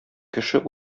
кеше